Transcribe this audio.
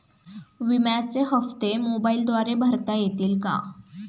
विम्याचे हप्ते मोबाइलद्वारे भरता येतील का?